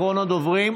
אחרון הדוברים.